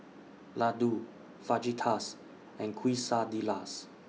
Ladoo Fajitas and Quesadillas